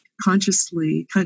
consciously